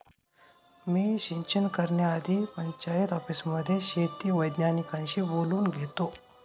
मी सिंचन करण्याआधी पंचायत ऑफिसमध्ये शेती वैज्ञानिकांशी बोलून घेतो